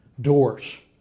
doors